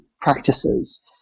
practices